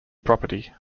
property